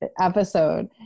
episode